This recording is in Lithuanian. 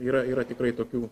yra yra tikrai tokių